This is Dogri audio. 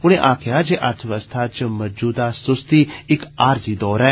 उनें आक्खेआ र्जे अर्थ व्यवस्था च मौजूदा सुस्ती इक आरजी दौर ऐ